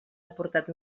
aportat